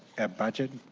at budget.